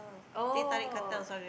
oh